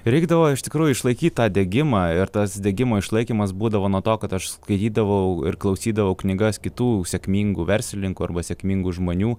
reigdavo iš tikrųjų išlaikyt tą degimą ir tas degimo išlaikymas būdavo nuo to kad aš skaitydavau ir klausydavau knygas kitų sėkmingų verslininkų arba sėkmingų žmonių